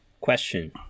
question